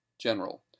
General